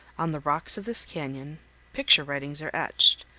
on the rocks of this canyon picture-writings are etched,